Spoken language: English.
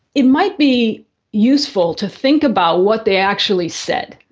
it might be useful to think about what they actually said.